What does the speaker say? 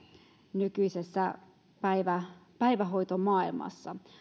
nykyisessä päivähoitomaailmassa